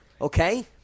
okay